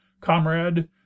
comrade